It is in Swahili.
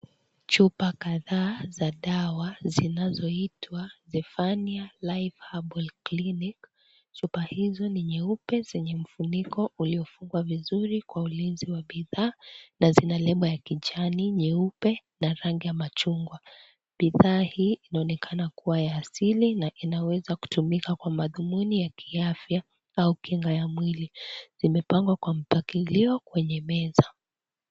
Chupa kadhaa za dawa zinazoitwa Zephania life herbal clinic . Chupa hizo ni nyeupe zenye mfuniko uliofungwa vizuri kwa ulinzi wa bidhaa na zina lebo ya kijani, nyeupe na rangi ya machungwa. Bidhaa hii inaonekana kuwa ya asili na inaweza kutumika kwa madhumuni ya kiafya au kinga ya mwili. Zimepangwa kwa mpangilio kwenye meza.